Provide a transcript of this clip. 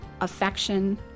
affection